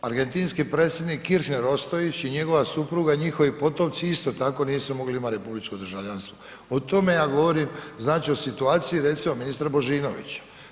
Argentinski Predsjednik Kirchner Ostojić i njegova supruga, njihovi potomci isto tako nisu mogli imat republičko državljanstvo, tome ja govorim, znači o situaciji recimo ministra Božinovića.